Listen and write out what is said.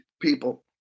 people